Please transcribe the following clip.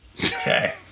Okay